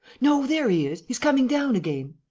no, there he is, he's coming down again!